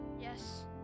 Yes